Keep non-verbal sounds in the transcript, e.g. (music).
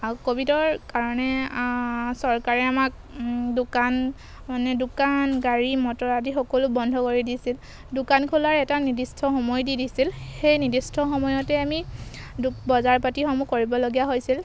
আৰু ক'ভিডৰ কাৰণে চৰকাৰে আমাক দোকান মানে দোকান গাড়ী মটৰ আদি সকলো বন্ধ কৰি দিছিল দোকান খোলাৰ এটা নিৰ্দিষ্ট সময় দি দিছিল সেই নিৰ্দিষ্ট সময়তে আমি (unintelligible) বজাৰ পাতিসমূহ কৰিবলগীয়া হৈছিল